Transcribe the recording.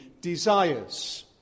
desires